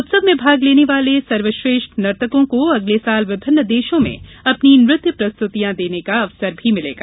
उत्सव में भाग लेने वाले सर्वश्रेष्ठ नर्तकों को अगले वर्ष विभिन्न देशों में अपनी नृत्य प्रस्तुतियां देने का अवसर मिलेगा